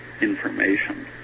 information